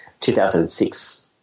2006